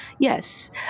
Yes